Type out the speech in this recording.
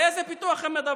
על איזה פיתוח הם מדברים?